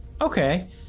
Okay